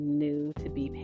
new-to-be